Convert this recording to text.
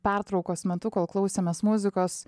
pertraukos metu kol klausėmės muzikos